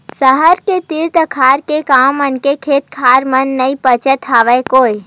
सहर के तीर तखार के गाँव मन के खेत खार मन नइ बाचत हवय गोय